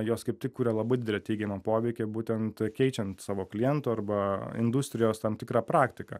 jos kaip tik kuria labai didelį teigiamą poveikį būtent keičiant savo klientų arba industrijos tam tikrą praktiką